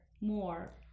more